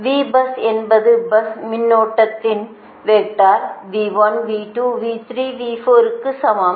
Vbus என்பது bus மின்னழுத்தத்தின் வெக்டர்க்கு சமம்